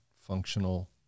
functional